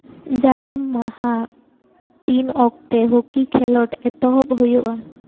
ᱡᱟᱹᱨᱩᱢ ᱢᱟᱦᱟ ᱛᱤᱱ ᱚᱠᱛᱮ ᱦᱳᱠᱤ ᱠᱷᱮᱞᱳᱰ ᱮᱛᱚᱦᱚᱵ ᱦᱩᱭᱩᱜᱼᱟ